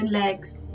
legs